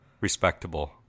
respectable